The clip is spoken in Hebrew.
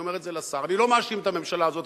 אני אומר את זה לשר: אני לא מאשים את הממשלה הזאת.